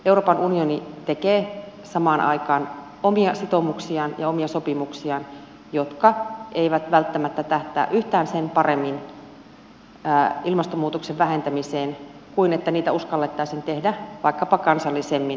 euroopan unioni tekee samaan aikaan omia sitoumuksiaan ja omia sopimuksiaan jotka eivät välttämättä tähtää yhtään sen paremmin ilmastonmuutoksen vähentämiseen kuin jos niitä uskallettaisiin tehdä vaikkapa kansallisemmin